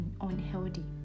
unhealthy